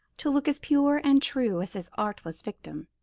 to look as pure and true as his artless victim.